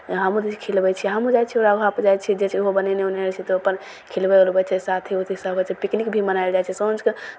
हमहूँ दै छिए खिलबै छिए हमहूँ जाइ छिए ओकरा घरपर जाइ छिए जे चीज ओहो बनेने उनेने रहै छै तऽ ओ अपन खिलबै उलबै छै साथी उथी सभ होइ छै पिकनिक भी मनाएल जाइ छै साँझके